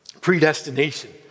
predestination